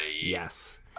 Yes